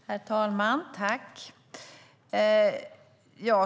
Herr talman!